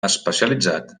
especialitzat